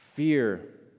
Fear